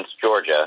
Georgia